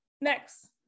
Next